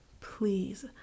please